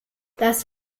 das